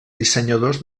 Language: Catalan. dissenyadors